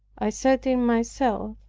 i said in myself,